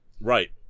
Right